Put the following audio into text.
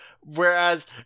Whereas